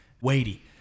weighty